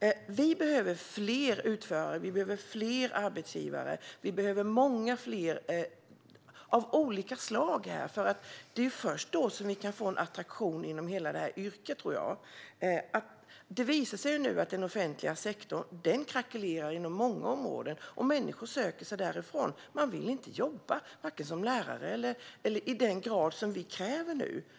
Vi behöver fler utförare och fler arbetsgivare. Vi behöver många fler av olika slag, för jag tror att det är först då vi kan få en attraktion inom hela det här yrket. Det visar sig nu att den offentliga sektorn krackelerar inom många områden, och människor söker sig därifrån. Människor vill inte jobba som till exempel lärare i den grad vi nu kräver.